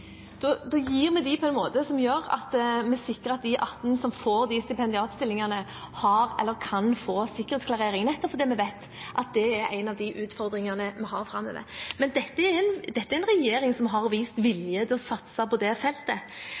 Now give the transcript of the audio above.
gir vi dem på en måte som gjør at vi sikrer at de 18 som får stipendiatstillingene, har eller kan få sikkerhetsklarering, nettopp fordi vi vet at det er en av de utfordringene vi har framover. Dette er en regjering som har vist vilje til å satse på det feltet.